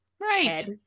right